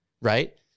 right